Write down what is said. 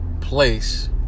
place